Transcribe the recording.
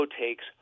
takes